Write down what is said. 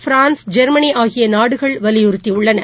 France ஜெர்மனிஆகியநாடுகள் வலியுறுத்தியுள்ளன